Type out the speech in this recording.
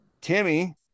Timmy